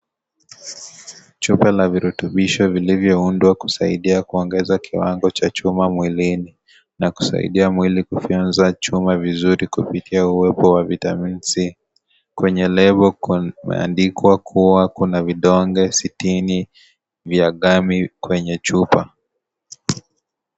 Chupa la virutubisho vilivyoundwa kusaidia kuongeza kiwango cha chuma mwilini na kusaidia mwili kuvyonza chuma vizuri kupitia uwepo wa vitamini C, kwenye lebo kumeandikwa kuwa kuna vidonge sitini vya gami kwenye chupa.